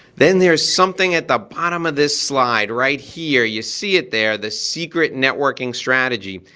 then there's something at the bottom of this slide right here, you see it there. the secret networking strategy.